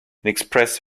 express